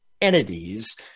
entities